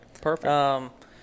Perfect